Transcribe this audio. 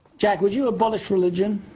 jacque, would you abolish religion?